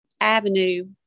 avenue